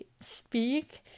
speak